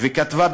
היא כתבה במפורש: